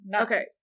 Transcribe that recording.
Okay